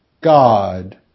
God